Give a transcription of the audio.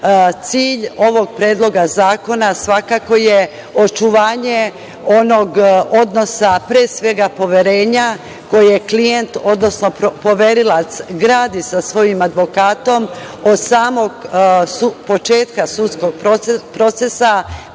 cilj ovog Predloga zakona svakako je očuvanje onog odnosa, pre svega poverenja, koje klijent, odnosno poverilac gradi sa svojim advokatom od samog početka sudskog procesa,